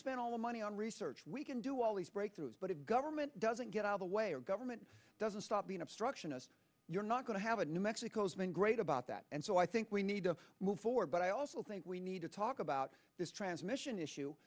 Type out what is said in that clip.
spend all the money on research we can do all these breakthroughs but if government doesn't get out of the way or government doesn't stop being obstructionist you're not going to have a new mexico's been great about that and so i think we need to move forward but i also think we need to talk about this transmission issue